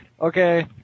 Okay